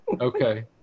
okay